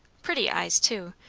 pretty eyes too,